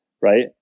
Right